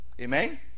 Amen